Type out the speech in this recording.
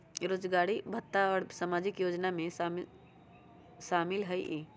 बेरोजगारी भत्ता सामाजिक योजना में शामिल ह ई?